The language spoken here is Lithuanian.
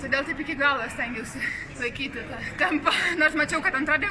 todėl taip iki galo stengiausi išlaikyti tempą nors mačiau kad antra